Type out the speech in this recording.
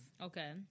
Okay